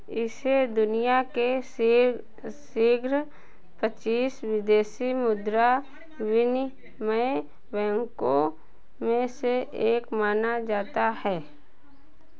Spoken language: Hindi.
इसे दुनिया के शी शीघ्र शीर्ष पच्चीस विदेशी मुद्रा विनिमय बैंकों में से एक माना जाता है